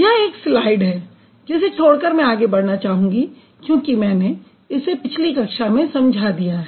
यह एक और स्लाइड है जिसे छोड़कर मैं आगे मैं बढ़ना चाहूंगी क्योंकि मैं इसे मैंने पिछली कक्षा में समझा दिया है